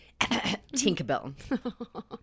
Tinkerbell